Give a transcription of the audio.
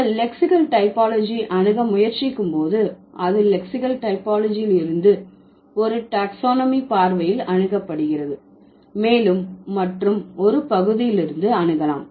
நீங்கள் lexical typology அணுக முயற்சிக்கும் போது அது லெக்சிகல் டைபாலஜி இருந்து ஒரு டாக்ஸானமி பார்வையில் அணுகப்படுகிறது மேலும் மற்றும் ஒரு பகுதியிலிருந்து அணுகலாம்